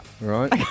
Right